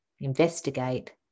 investigate